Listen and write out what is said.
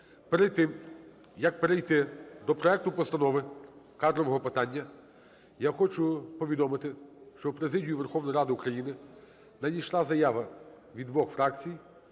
Перед тим, як перейти до проекту постанови кадрового питання, я хочу повідомити, що в президію Верховної Ради України надійшла заява від двох фракцій,